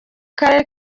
karere